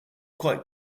quite